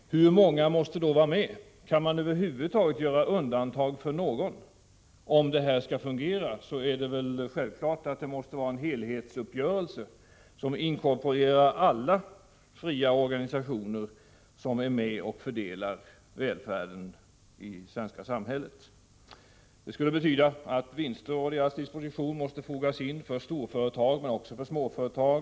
Hur många måste då vara med? Kan man över huvud taget göra undantag för någon? Om detta system skall fungera är det väl självklart att det måste vara en helhetsuppgörelse, där alla fria organisationer är med och fördelar välfärden i det svenska samhället. Det skulle betyda att vinster och deras disposition måste fogas in för storföretag och även för småföretag.